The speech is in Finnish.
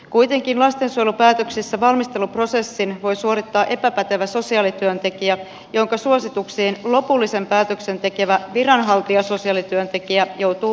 kuitenkin lastensuojelupäätöksissä valmisteluprosessin voi suorittaa epäpätevä sosiaalityöntekijä jonka suosituksiin lopullisen päätöksen tekevä viranhaltijasosiaalityöntekijä joutuu vahvasti luottamaan